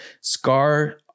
scar